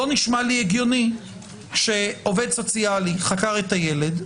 לא נשמע לי הגיוני שעובד סוציאלי חקר את הילד,